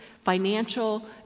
financial